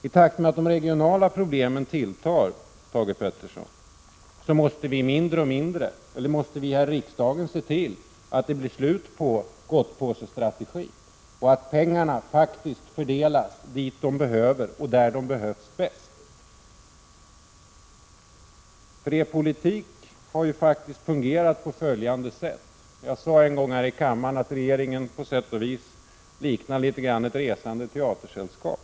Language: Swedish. I takt med att de regionala problemen tilltar, måste vi här i riksdagen se till att det blir slut på gottepåsestrategin och att pengarna faktiskt fördelas dit där de behövs bäst, Thage Peterson. Jag sade en gång att regeringen på sätt och vis liknar ett resande teatersällskap.